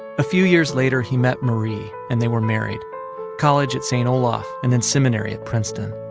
a few years later, he met marie, and they were married college at st. olaf, and then seminary at princeton.